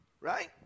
Right